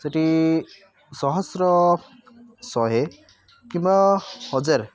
ସେଠି ସହସ୍ର ଶହେ କିମ୍ବା ହଜାରେ